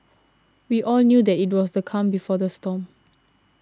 we all knew that it was the calm before the storm